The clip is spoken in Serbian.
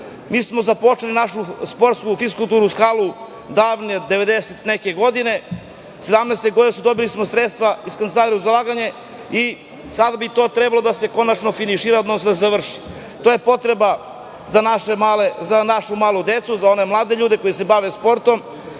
smo započeli našu sportsku fiskulturnu salu davne devedeset i neke godine. Godine 2017. smo dobili sredstva iz Kancelarije za ulaganje i sada bi to trebalo da se konačno finišira, odnosno da se završi. To je potreba za našu malu decu, za one mlade ljude koji se bave sportom.